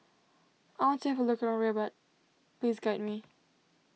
I want to have a look around Rabat please guide me